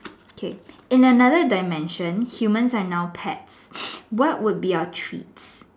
okay in another dimension humans are now pets what would be our treats